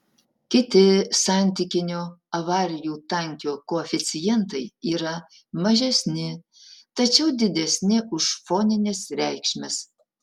kiti santykinio avarijų tankio koeficientai yra mažesni tačiau didesni už fonines reikšmes